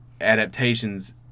adaptations